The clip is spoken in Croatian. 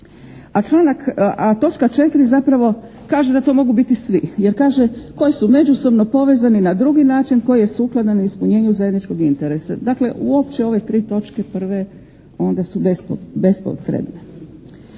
A točka 4. zapravo kaže da to mogu biti svi, jer kaže koji su međusobno povezani na drugi način koji je sukladan ispunjenju zajedničkog interesa. Dakle, uopće ove tri točke prve onda su bespotrebne.